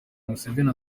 museveni